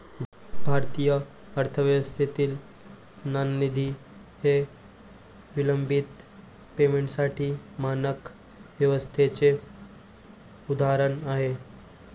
भारतीय अर्थव्यवस्थेतील नाणेनिधी हे विलंबित पेमेंटसाठी मानक व्यवस्थेचे उदाहरण आहे